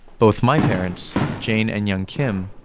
both my parents, jane. and young. kim,